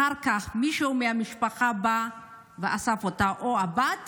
אחר כך מישהו מהמשפחה בא ואסף אותה, הבת